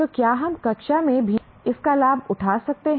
तो क्या हम कक्षा में भी इसका लाभ उठा सकते हैं